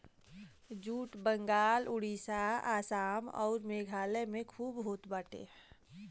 jute Bengal Orissa Assam अउर मेघालय में खूब होत बाटे